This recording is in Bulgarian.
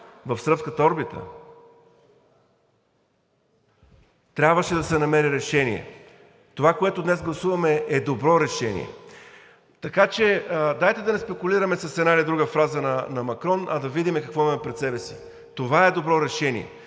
в сръбската орбита. Трябваше да се намери решение. Това, което днес гласуваме, е добро решение, така че дайте да не спекулираме с една или друга фраза на Макрон, а да видим какво имаме пред себе си. Това е добро решение.